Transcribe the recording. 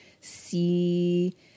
see